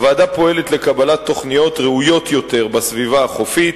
הוועדה פועלת לקבלת תוכניות ראויות יותר בסביבה החופית.